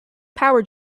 power